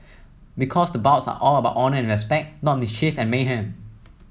because the bouts are all about honour and respect not mischief and mayhem